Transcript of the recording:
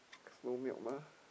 cause no milk mah